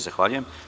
Zahvaljujem.